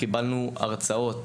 קיבלנו הרצאות,